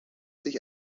sich